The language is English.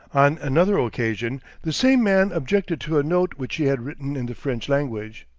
on another occasion the same man objected to a note which she had written in the french language.